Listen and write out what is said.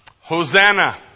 Hosanna